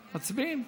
מצביעים.